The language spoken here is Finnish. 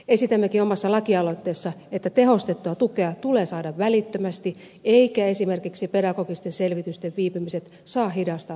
esitämmekin omassa laki aloitteessamme että tehostettua tukea tulee saada välittömästi eivätkä esimerkiksi pedagogisten selvitysten viipymiset saa hidastaa tuen saamista